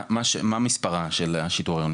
מה מספרה של השיטור העירוני?